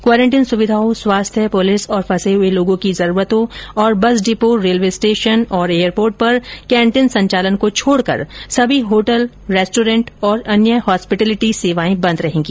quarantine सुविधाओं स्वास्थ्य police और फंसे हुए लोगों की जरूरतों और बस डिपो रेलवे स्टेशन और एयरपोर्ट पर केन्टीन संचालन को छोडकर सभी होटल रेस्टोरेंट व अन्य होस्पिटिलिटि सेवाए बंद रहेगी